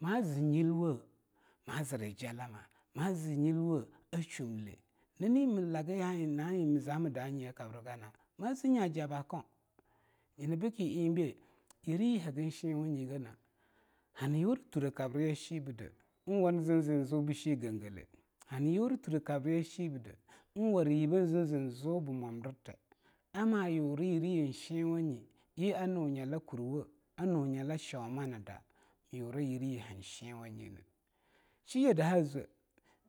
Maa zii nyilwo ma zire jallama, maa zii nyilwo a shumle nani mi lagi ya eing na eing mii zaa mi danyi kabrigana maa zii nya jaba gauh nyina beaki eingbe yireyi hagin shenwani geneh hani yuri thure kabriya sheabide eing war yibbe eing zir zeing zubi shea mwandirteh ama yuri yuriyeang shenwanyeng a nu nyalala kurwo anu nyak shoma ni daa mii yuro yiriyi han shenwanyine sheyeh daha zwoh